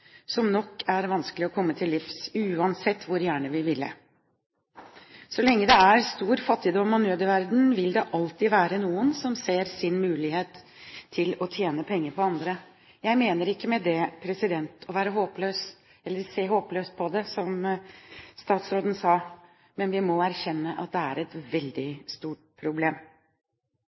som det nok er vanskelig å komme til livs, uansett hvor gjerne vi ville. Så lenge det er stor fattigdom og nød i verden, vil det alltid være noen som ser en mulighet til å tjene penger på andre. Jeg mener ikke med det å se håpløst på det, som statsråden sa, men vi må erkjenne at det er et veldig stort problem.